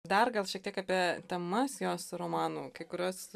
dar gal šiek tiek apie temas jos romanų kai kurios